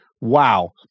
Wow